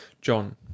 John